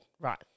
Right